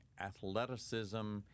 athleticism